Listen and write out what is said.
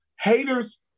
haters